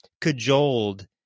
cajoled